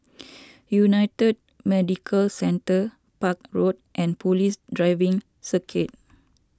United Medicare Centre Park Road and Police Driving Circuit